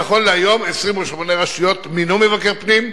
נכון להיום 28 רשויות מינו מבקר פנים,